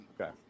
okay